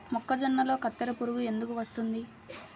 మొక్కజొన్నలో కత్తెర పురుగు ఎందుకు వస్తుంది?